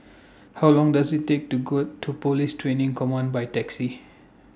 How Long Does IT Take to got to Police Training Command By Taxi